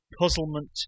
puzzlement